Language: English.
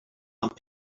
not